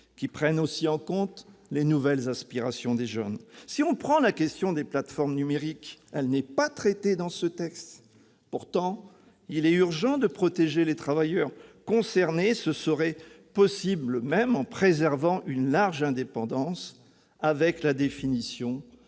qui prenne aussi en compte les nouvelles aspirations des jeunes. La question des plateformes numériques, par exemple, n'est pas traitée dans ce texte. Pourtant, il est urgent de protéger les travailleurs concernés, et ce serait possible même en leur préservant une large indépendance, avec la définition